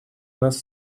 нас